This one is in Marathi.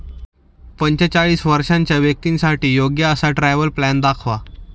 पंचेचाळीस वर्षांच्या व्यक्तींसाठी योग्य असा ट्रॅव्हल प्लॅन दाखवा